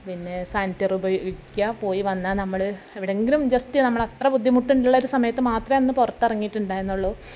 പിന്നെ സാനിറ്റൈസറുപയോഗിക്കുക പോയി വന്നാൽ നമ്മൾ എവിടെയെങ്കിലും ജസ്റ്റ് നമ്മൾ അത്ര ബുദ്ധിമുട്ടുള്ളൊരു സമയത്ത് മാത്രമേ അന്ന് പുറത്തിറങ്ങിയിട്ടുണ്ടായിരുന്നുള്ളൂ